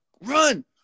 run